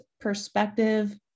perspective